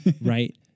right